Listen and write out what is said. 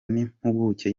n’impuguke